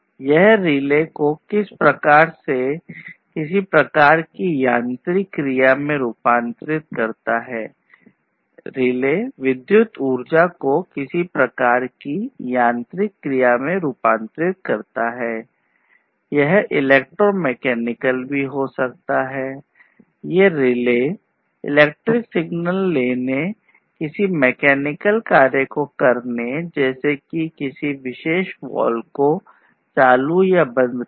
यह रिले विद्युत ऊर्जा को किसी प्रकार की यांत्रिक क्रिया को चालू या बंद करना